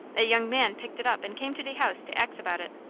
a young man picked it up, and came to de house to ax about it.